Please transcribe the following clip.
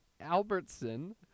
Albertson